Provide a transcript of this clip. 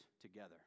together